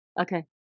Okay